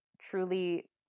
truly